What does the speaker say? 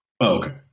okay